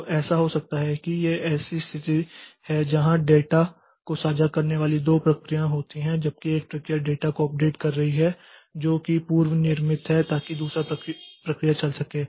तो ऐसा क्या हो सकता है यह एक ऐसी स्थिति है जहां डेटा को साझा करने वाली दो प्रक्रियाओं होती हैं जबकि एक प्रक्रिया डेटा को अपडेट कर रही है जो कि पूर्व निर्मित है ताकि दूसरी प्रक्रिया चल सके